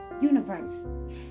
Universe